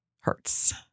hurts